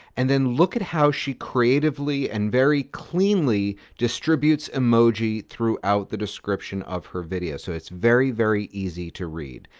and then look at how she creatively and very cleanly distributes emoji throughout the description of her video so it's very very easy to read.